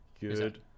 Good